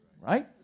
right